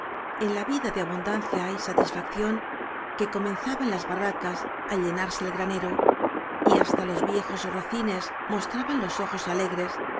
en la vicia cle abundan cia y satisfacción que comenzaba en las barracas al llenarse el granero y hasta los viejos rocines mostraban los ojos alegres